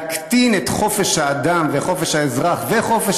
להקטין את חופש האדם וחופש האזרח וחופש